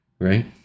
Right